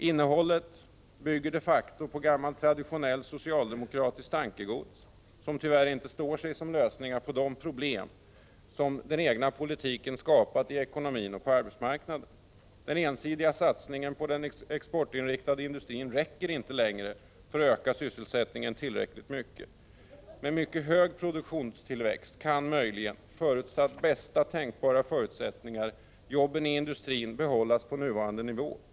Innehållet bygger på gammalt traditionellt socialdemokratiskt tankegods, som tyvärr inte står sig som lösning på de problem som den egna politiken skapat i ekonomin och på arbetsmarknaden. Den ensidiga satsningen på den exportinriktade industrin räcker inte längre för att öka sysselsättningen tillräckligt mycket. Med mycket hög produktionstillväxt kan möjligen, förutsatt bästa tänkbara förutsättningar, jobben i industrin behål las på nuvarande nivå.